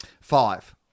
Five